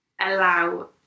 allow